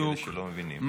יש כאלה שלא מבינים.